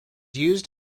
used